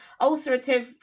ulcerative